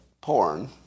porn